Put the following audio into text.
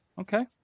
Okay